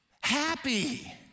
happy